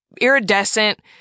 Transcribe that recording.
iridescent